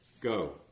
Go